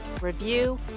review